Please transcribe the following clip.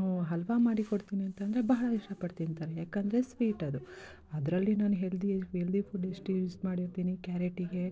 ನು ಹಲ್ವಾ ಮಾಡಿ ಕೊಡ್ತೀನಿ ಅಂತಂದರೆ ಬಹಳ ಇಷ್ಟಪಟ್ಟು ತಿಂತಾರೆ ಯಾಕಂದರೆ ಸ್ವೀಟ್ ಅದು ಅದರಲ್ಲಿ ನಾನು ಹೆಲ್ದಿ ಎಲ್ದಿ ಫುಡ್ ಇಷ್ಟು ಯೂಸ್ ಮಾಡಿರ್ತೀನಿ ಕ್ಯಾರೇಟಿಗೆ